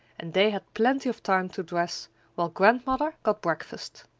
and they had plenty of time to dress while grandmother got breakfast.